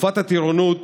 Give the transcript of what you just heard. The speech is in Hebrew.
בתקופת הטירונות